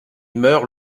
meurt